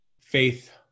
faith